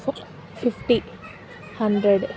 ఫ్ fifty hundred